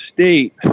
state